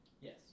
Yes